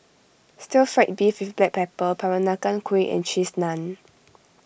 Stir Fried Beef with Black Pepper Peranakan Kueh and Cheese Naan